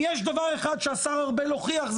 אם יש דבר אחד שהשר ארבל הוכיח,